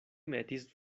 metis